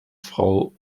frau